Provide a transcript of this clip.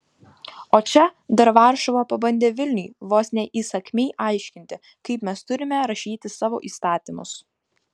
o čia dar varšuva pabandė vilniui vos ne įsakmiai aiškinti kaip mes turime rašyti savo įstatymus